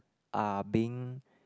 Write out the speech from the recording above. are being